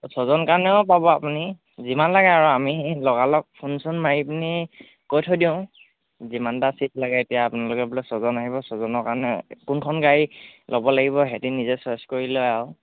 ছয়জন কাৰণেও পাব আপুনি যিমান লাগে আৰু আমি লগা লগ ফোন চোন মাৰি পিনি কৈ থৈ দিওঁ যিমানটা ছিট লাগে এতিয়া আপোনালোকে বোলে ছয়জন আহিব ছয়জনৰ কাৰণে কোনখন গাড়ী ল'ব লাগিব সিহঁতে নিজে চইচ কৰি লয় আৰু